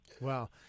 Wow